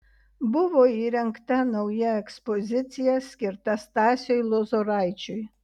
buvo įrengta nauja ekspozicija skirta stasiui lozoraičiui